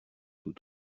tous